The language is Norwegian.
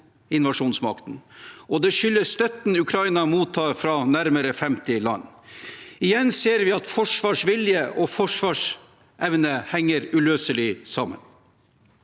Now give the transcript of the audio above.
invasjonsmakten, og det skyldes støtten Ukraina mottar fra nærmere 50 land. Igjen ser vi at forsvarsvilje og forsvarsevne henger uløselig sammen.